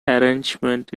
arrangement